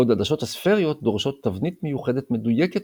בעוד עדשות אספריות דורשות תבנית מיוחדת מדויקת